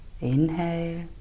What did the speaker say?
Inhale